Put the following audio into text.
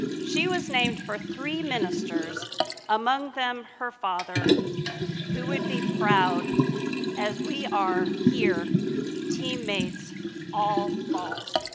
she was named for three ministers among them her father who would be proud as we are here teammates all vols.